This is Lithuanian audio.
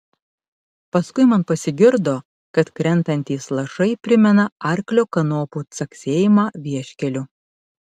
paskui man pasigirdo kad krentantys lašai primena arklio kanopų caksėjimą vieškeliu